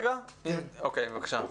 בבקשה.